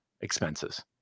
expenses